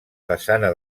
façana